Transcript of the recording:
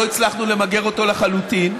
לא הצלחנו למגר אותו לחלוטין,